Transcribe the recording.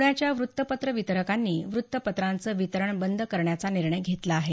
प्ण्याच्या व्रत्तपत्र वितरकांनी व्रत्तपत्रांचं वितरण बंद करण्याचा निर्णय घेतला आहे